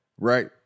Right